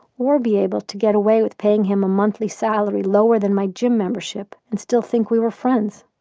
or be able to get away with paying him a monthly salary lower than my gym membership and still think we were friends